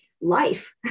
life